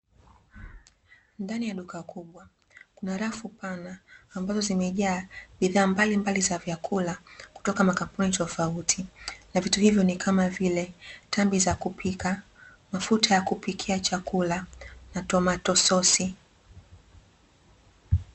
Ndani ya duka kubwa kuna rafu pana zimejaa bidhaa mbalimbali za vyakula kutoka makampuni tofauti na vitu hivyo ni kama vile: tambi za kupika, mafuta ya kupikia chakuka na tomato sosi.